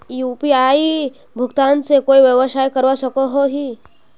UPI भुगतान से कोई व्यवसाय करवा सकोहो ही?